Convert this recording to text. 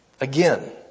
Again